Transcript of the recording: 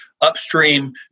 upstream